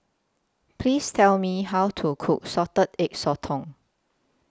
Please Tell Me How to Cook Salted Egg Sotong